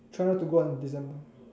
try not to go on December